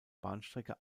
bahnstrecke